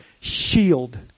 shield